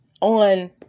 on